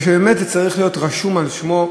והוא באמת יצטרך להיות רשום על שמו,